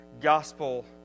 gospel